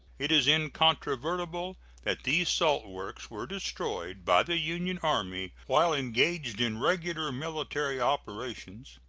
it is incontrovertible that these salt works were destroyed by the union army while engaged in regular military operations,